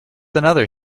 another